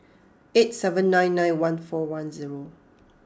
eight seven nine nine one four one zero